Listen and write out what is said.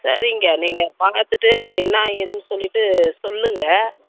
சரிங்க நீங்கள் பார்த்துட்டு என்ன ஏதுன்னு சொல்லிட்டு சொல்லுங்க